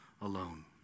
alone